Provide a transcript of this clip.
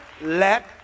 let